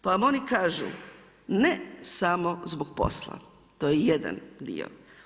Pa vam oni kažu, ne samo zbog posla, to je jedan dio.